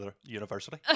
university